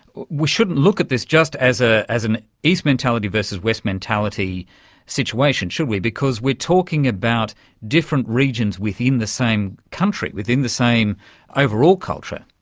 we shouldn't look at this just as ah as an east mentality versus west mentality situation, should we, because we are talking about different regions within the same country, within the same overall culture.